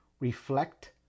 reflect